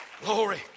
Glory